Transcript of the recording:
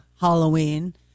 Halloween